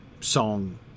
song